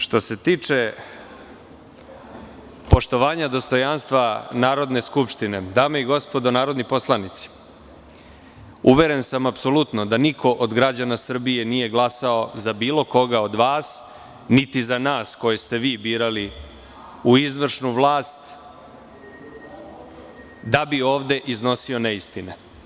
Što se tiče poštovanja dostojanstva Narodne skupštine, dame i gospodo narodni poslanici, uveren sam apsolutno da niko od građana Srbije nije glasao za bilo koga od vas, niti za nas koje ste vi birali u izvršnu vlast da bi ovde iznosio neistine.